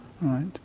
right